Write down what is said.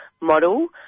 model